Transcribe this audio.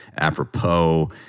apropos